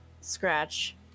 scratch